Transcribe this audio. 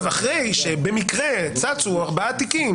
אחרי שבמקרה צצו ארבעה תיקים,